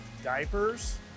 Diapers